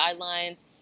guidelines